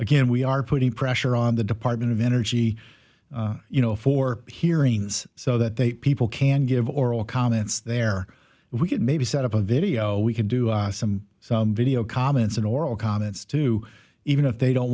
again we are putting pressure on the department of energy you know for hearings so that they people can give oral comments there we could maybe set up a video we could do some video comments and oral comments too even if they don't